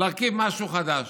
להרכיב משהו חדש,